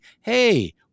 hey